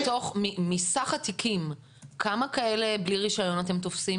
מסך התיקים, כמה כאלה בלי רישיון אתם תופסים?